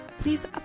please